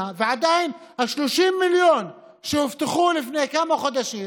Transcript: ועדיין ה-30 מיליון שהובטחו לפני כמה חודשים